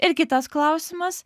ir kitas klausimas